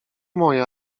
moja